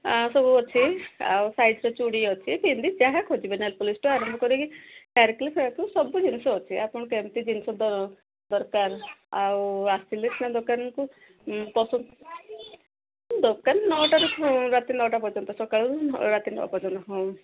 ଆଉ ସବୁ ଅଛି ଆଉ ସାଇଜ୍ର ଚୁଡ଼ି ଅଛି ପିନ୍ଧି ଯାହା ଖୋଜିବେ ନେଲପଲିସ୍ଟୁ ଆରମ୍ଭ କରିକି ହେୟାର୍କ୍ଲିପ ଫେୟାର୍କ୍ଲିପ ସବୁ ଜିନିଷ ଅଛି ଆପଣ କେମିତି ଜିନିଷ ଦ ଦରକାର ଆଉ ଆସିଲେ ସନା ଦୋକାନକୁ ପସନ୍ଦ ଦୋକାନ ନଅଟାରୁ ରାତି ନଅଟା ପର୍ଯ୍ୟନ୍ତ ସକାଳୁ ରାତି ନଅ ପର୍ଯ୍ୟନ୍ତ ହଁ